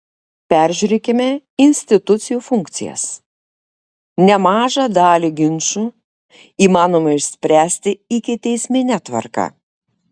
peržiūrėkime institucijų funkcijas nemažą dalį ginčų įmanoma išspręsti ikiteismine tvarka